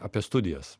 apie studijas